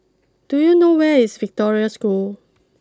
do you know where is Victoria School